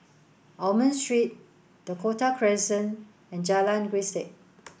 Almond Street Dakota Crescent and Jalan Grisek